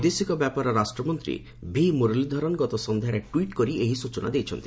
ବୈଦେଶିକ ବ୍ୟାପାର ରାଷ୍ଟ୍ରମନ୍ତ୍ରୀ ଭି ମୁରଲିଧରନ୍ ଗତ ସନ୍ଧ୍ୟାରେ ଟ୍ୱିଟ୍ କରି ଏହି ସ୍ବଚନା ଦେଇଛନ୍ତି